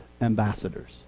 ambassadors